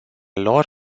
lor